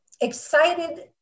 excited